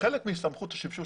כחלק מסמכות השימוש